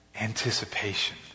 anticipation